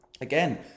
Again